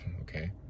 okay